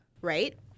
right